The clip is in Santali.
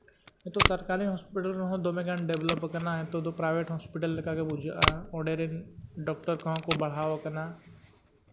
ᱱᱤᱛᱳᱜ ᱥᱚᱨᱠᱟᱨᱤ ᱦᱚᱥᱯᱤᱴᱟᱞ ᱨᱮᱦᱚᱸ ᱫᱚᱢᱮᱜᱟᱱ ᱰᱮᱵᱽᱞᱚᱯ ᱟᱠᱟᱱᱟ ᱱᱤᱛᱳᱜ ᱫᱚ ᱯᱨᱟᱭᱵᱷᱮᱹᱴ ᱦᱚᱥᱯᱤᱴᱟᱞ ᱞᱮᱠᱟ ᱜᱮ ᱵᱩᱡᱷᱟᱹᱜᱼᱟ ᱚᱸᱰᱮᱨᱤᱱ ᱰᱚᱠᱴᱚᱨ ᱠᱚᱦᱚᱸ ᱠᱚ ᱵᱟᱲᱦᱟᱣ ᱠᱟᱱᱟ